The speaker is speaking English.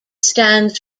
stands